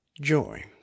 joy